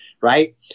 Right